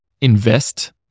invest